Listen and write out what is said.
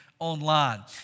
Online